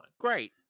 Great